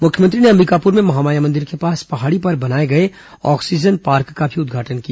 मुख्यमंत्री ने अंबिकापुर में महामाया मंदिर के पास पहाड़ी पर बनाए गए ऑक्सीजन पार्क का उद्घाटन किया